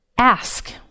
ask